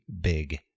big